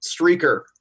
streaker